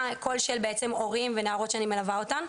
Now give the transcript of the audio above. קול של הורים ונערות שאני מלווה אותם.